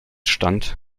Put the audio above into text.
stand